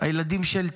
הילדים של טליה.